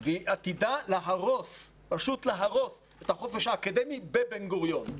והיא עתידה להרוס פשוט להרוס את החופש האקדמי בבן גוריון.